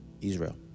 israel